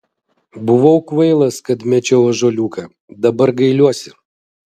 buvau kvailas kad mečiau ąžuoliuką dabar gailiuosi